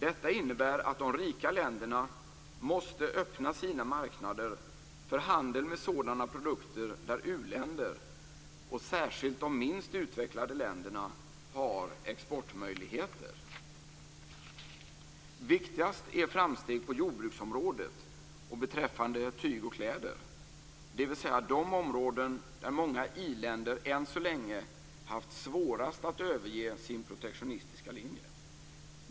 Detta innebär att de rika länderna måste öppna sina marknader för handeln med sådana produkter där u-länder - och särskilt de minst utvecklade länderna - har exportmöjligheter. Viktigast är framsteg på jordbruksområdet och beträffande tyg och kläder, dvs. de områden där många i-länder än så länge haft svårast att överge sin protektionistiska linje.